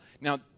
Now